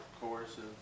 coercive